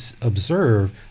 observe